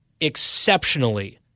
exceptionally